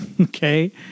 okay